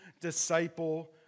disciple